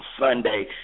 Sunday